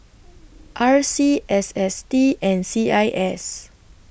R C S S T and C I S